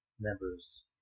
members